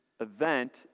event